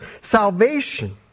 salvation